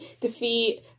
defeat